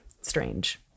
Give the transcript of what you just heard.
Strange